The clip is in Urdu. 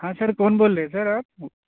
ہاں سر کون بول رہے ہیں سر آپ